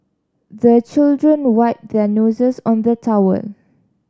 the children wipe their noses on the towel